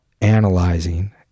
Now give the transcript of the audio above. analyzing